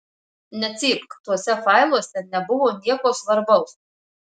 necypk tuose failuose nebuvo nieko svarbaus